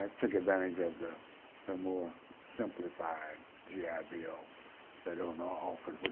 ah took advantage of the the more simplified gi ah bill that illinois offered,